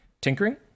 tinkering